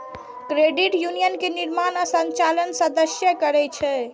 credit union के निर्माण आ संचालन सदस्ये करै छै